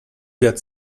get